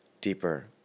deeper